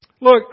Look